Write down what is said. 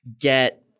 get